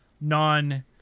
non